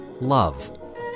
Love